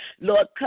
Lord